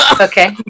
Okay